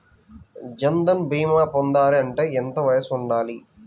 జన్ధన్ భీమా పొందాలి అంటే ఎంత వయసు ఉండాలి?